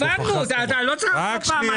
הבנו, לא צריך פעמיים.